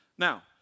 Now